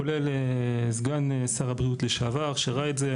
כולל סגן שר הבריאות לשעבר שראה את זה,